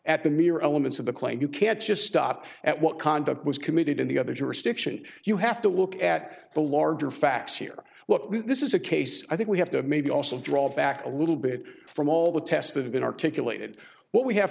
at the mere elements of the claim you can't just stop at what conduct was committed in the other jurisdiction you have to look at the larger facts here look this is a case i think we have to maybe also draw back a little bit from all the tests that have been articulated what we have